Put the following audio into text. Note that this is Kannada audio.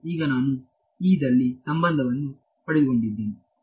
ಮತ್ತು ಈಗ ನಾನು ದಲ್ಲಿ ಸಂಬಂಧವನ್ನು ಪಡೆದುಕೊಂಡಿದ್ದೇನೆ